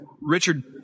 Richard